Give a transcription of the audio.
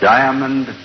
Diamond